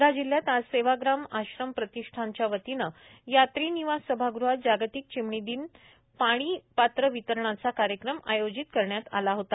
वर्धा जिल्ह्यात आज सेवाग्राम आश्रम प्रतिष्ठाच्या वतीने यात्री निवास सभागृहात जागतिक चिमणी दिनी पाणी पात्र वितरणाचा कार्यक्रम आयोजित करण्यात आलेला होता